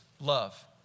love